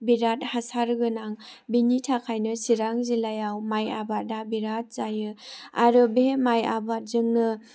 बिराद हासार गोनां बिनि थाखायनो चिरां जिल्लायाव माइ आबादा बिराद जायो आरो बे माइ आबादजोंनो